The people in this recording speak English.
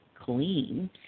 clean